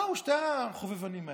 באו שני החובבנים האלה,